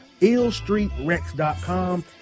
illstreetrex.com